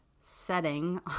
setting